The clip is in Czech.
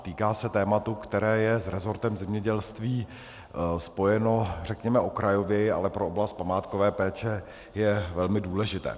Týká se tématu, které je s rezortem zemědělství spojeno, řekněme, okrajověji, ale pro oblast památkové péče je velmi důležité.